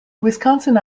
wisconsin